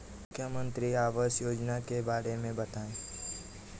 मुख्यमंत्री आवास योजना के बारे में बताए?